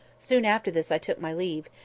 soon after this i took my leave,